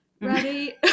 ready